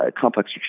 complex